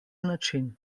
način